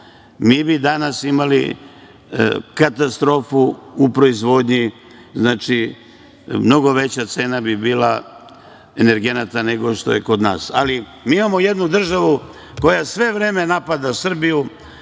mi bi danas imali katastrofu u proizvodnji. Znači, mnogo veća cena bi bila energenata nego što je kod nas. Mi imamo jednu državu koja sve vreme napada Srbiju